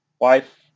wife